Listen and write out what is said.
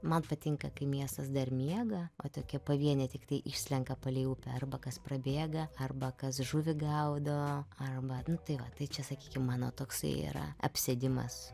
man patinka kai miestas dar miega o tokia pavienė tiktai išslenka palei upę arba kas prabėga arba kas žuvį gaudo arba nu tai va tai čia sakykim mano toksai yra apsėdimas